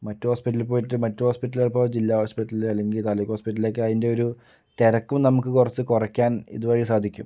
മറ്റു ഹോസ്പിറ്റലിൽ പോയിട്ട് മറ്റു ഹോസ്പിറ്റൽ ചിലപ്പോൾ ജില്ലാ ഹോസ്പിറ്റല് അല്ലെങ്കിൽ താലൂക്ക് ഹോസ്പിറ്റല് ഒക്കെ അതിൻ്റെ ഒരു തിരക്കും നമുക്ക് കുറച്ച് കുറയ്ക്കാൻ ഇതുവഴി സാധിക്കും